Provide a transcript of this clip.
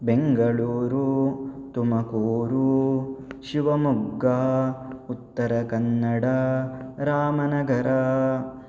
Bengaluru Tumakuru Shivamogga Uttara Kannada Ramanagaram